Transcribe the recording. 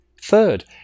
Third